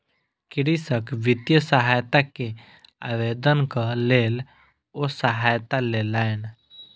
कृषक वित्तीय सहायता के आवेदनक लेल ओ सहायता लेलैन